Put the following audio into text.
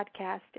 podcast